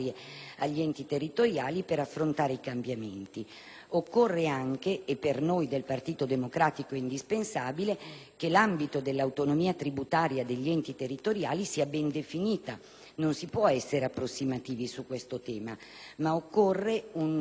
agli enti territoriali ad affrontare i cambiamenti. Occorre anche - e per noi del Partito Democratico è indispensabile - che l'ambito dell'autonomia tributaria degli enti territoriali sia ben definitiva, perché non si può essere approssimativi su questo tema, ma occorre un